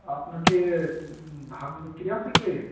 আপনাকে ধান বিক্রি আছে কি